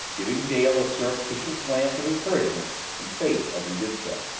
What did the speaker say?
giving dale a surreptitious glance of encouragement and faith as he did so.